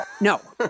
No